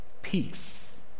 peace